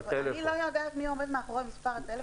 אני לא יודעת מי עומד מאחורי מספר הטלפון,